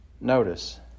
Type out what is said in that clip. Notice